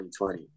2020